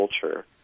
culture